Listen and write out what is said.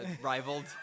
Rivaled